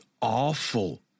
awful